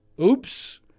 oops